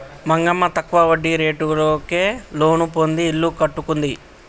మంగమ్మ తక్కువ వడ్డీ రేటుకే లోను పొంది ఇల్లు కట్టుకుంది